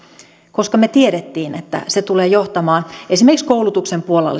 koska me tiesimme että se tulee johtamaan esimerkiksi koulutuksen puolella